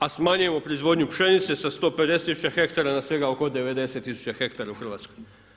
A smanjujemo proizvodnju pšenice sa 150 tisuća hektara na svega oko 90 tisuća hektara u Hrvatskoj.